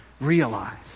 realize